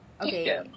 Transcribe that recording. okay